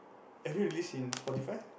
have you release in Spotify